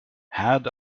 had